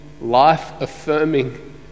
life-affirming